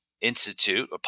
Institute